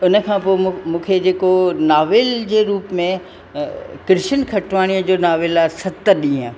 हुन खां पोइ मु मूंखे जेको नावेल जे रूप में कृष्ण खटवाणीअ जा नावेल आहे सत ॾींहं